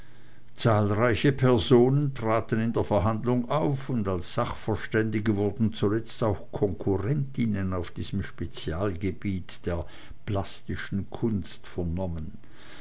zahlreiche personen traten in der verhandlung auf und als sachverständige wurden zuletzt auch konkurrentinnen auf diesem spezialgebiete der plastischen kunst vernommen